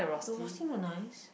uh was he not nice